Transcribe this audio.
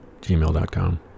gmail.com